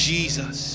Jesus